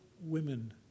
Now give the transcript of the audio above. women